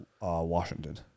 Washington